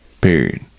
period